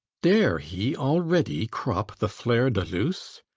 dare he already crop the fleur de luce?